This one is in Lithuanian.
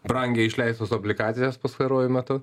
brangiai išleistas obligacijas pastaruoju metu